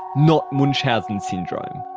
not munchausen syndrome.